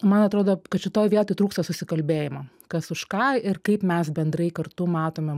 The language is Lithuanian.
man atrodo kad šitoj vietoj trūksta susikalbėjimo kas už ką ir kaip mes bendrai kartu matome